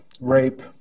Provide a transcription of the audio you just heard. rape